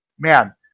Man